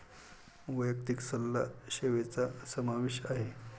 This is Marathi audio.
वैयक्तिक सल्ला सेवेचा समावेश आहे